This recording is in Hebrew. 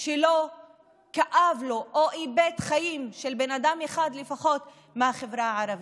שלא כאב לו או איבד חיים של בן אדם אחד לפחות בחברה הערבית.